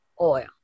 oil